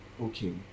okay